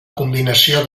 combinació